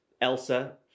Elsa